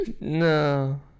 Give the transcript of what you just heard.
no